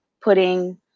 putting